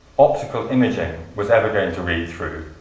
optical imaging was ever going to read through